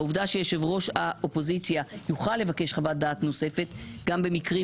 העובדה שיושב ראש האופוזיציה יוכל לבקש חוות דעת נוספת גם במקרים